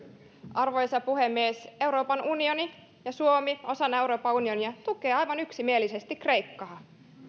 arvoisa puhemies euroopan unioni ja suomi osana euroopan unionia tukee aivan yksimielisesti kreikkaa